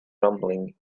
rumbling